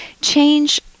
change